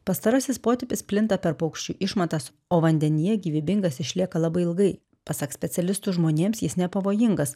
pastarasis potipis plinta per paukščių išmatas o vandenyje gyvybingas išlieka labai ilgai pasak specialistų žmonėms jis nepavojingas